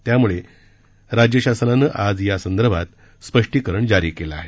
त्यामुळे राज्य शासनाने आज यासंदर्भात स्पष्टीकरण जारी केले आहे